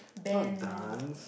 not dance